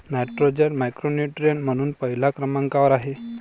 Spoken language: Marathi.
नायट्रोजन मॅक्रोन्यूट्रिएंट म्हणून पहिल्या क्रमांकावर आहे